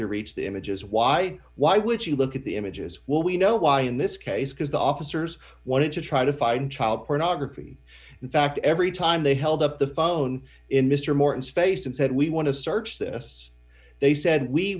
to reach the images why why would you look at the images will we know why in this case because the officers wanted to try to find child pornography in fact every time they held up the phone in mr morton's face and said we want to search this they said we